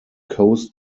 coast